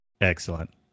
Excellent